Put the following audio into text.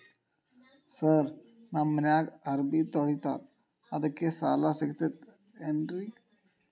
Sir ನಮ್ಮ ಮನ್ಯಾಗ ಅರಬಿ ತೊಳಿತಾರ ಅದಕ್ಕೆ ಸಾಲ ಸಿಗತೈತ ರಿ?